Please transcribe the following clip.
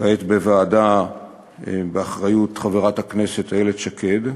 כעת בוועדה באחריות חברת הכנסת איילת שקד,